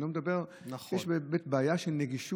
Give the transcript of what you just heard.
אני לא מדבר על כך שיש בעיה של נגישות,